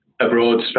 abroad